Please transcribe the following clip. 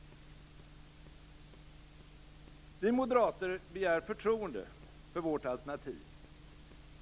Vi moderater begär förtroende för vårt alternativ.